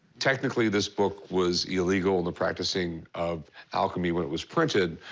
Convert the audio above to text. technically, this book was illegal. the practicing of alchemy, when it was printed,